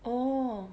orh